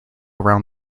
around